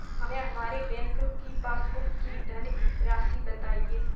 हमें हमारे बैंक की पासबुक की धन राशि बताइए